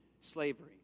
slavery